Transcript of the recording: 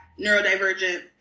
neurodivergent